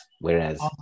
whereas